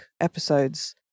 episodes